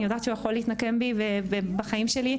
יודעת שהוא יכול להתנקם בי ובחיים שלי,